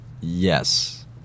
Yes